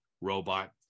robot